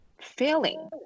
failing